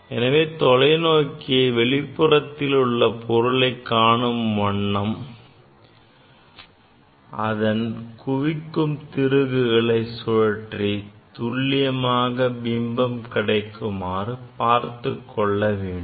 எனவே தொலைநோக்கியை வெளிப்புறத்தில் உள்ள பொருளை காணும் வகையில் அதன் குவிக்கும் திருகுகளை சுழற்றி துல்லியமான பிம்பம் கிடைக்குமாறு பார்த்துக் கொள்ள வேண்டும்